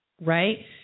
right